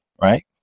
right